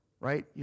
right